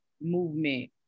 movement